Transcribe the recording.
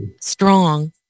strong